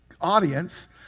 audience